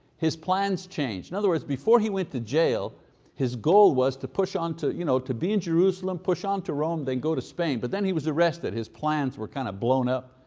his plans changed. in other words, before he went to jail his goal was to push on to you know to be in jerusalem, push on to rome, then go to spain. but then he was arrested, his plans were kind of blown up,